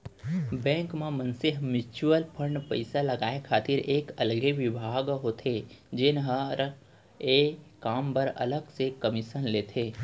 bank म मनसे ह म्युचुअल फंड पइसा लगाय खातिर एक अलगे बिभाग होथे जेन हर ए काम बर अलग से कमीसन लेथे